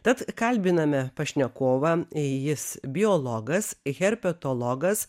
tad kalbiname pašnekovą jis biologas herpetologas